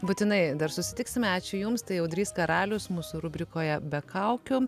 būtinai dar susitiksime ačiū jums tai audrys karalius mūsų rubrikoje be kaukių